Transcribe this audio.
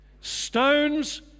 Stones